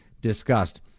discussed